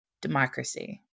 Democracy